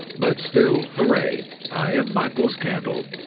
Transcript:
but still, hurray, i am michael's candle.